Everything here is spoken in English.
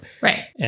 Right